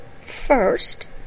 First